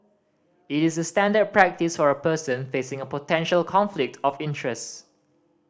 it is the standard practice for a person facing a potential conflict of interests